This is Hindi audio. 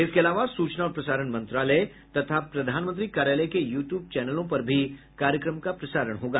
इसके अलावा सूचना और प्रसारण मंत्रालय तथा प्रधानमंत्री कार्यालय के यू ट्यूब चैनलों पर भी कार्यक्रम का प्रसारण होगा